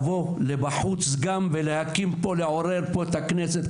אתם צריכים לבוא לבחוץ ולעורר פה את הכנסת,